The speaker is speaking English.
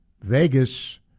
Vegas